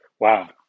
Wow